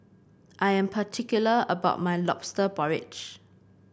I am particular about my lobster porridge